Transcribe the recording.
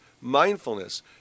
mindfulness